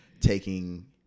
taking